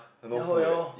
ya lor ya lor